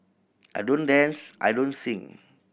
I don't dance I don't sing